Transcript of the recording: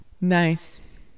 nice